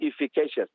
efficacious